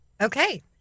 Okay